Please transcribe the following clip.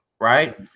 Right